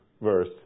verse